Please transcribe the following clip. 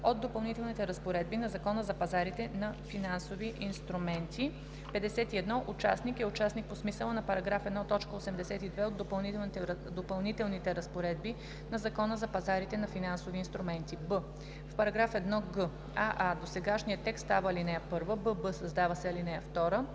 от допълнителните разпоредби на Закона за пазарите на финансови инструменти. 51. „Участник“ е участник по смисъла на § 1, т. 82 от допълнителните разпоредби на Закона за пазарите на финансови инструменти.“; б) в § 1г: аа) досегашният текст става ал. 1; бб) създава се ал. 2: